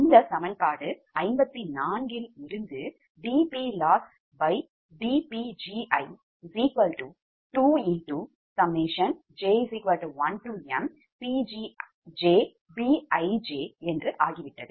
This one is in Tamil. இந்த சமன்பாடு 54 யில் இருந்து dPLossdPgi2j1mPgjBij என்று ஆகிவிட்டது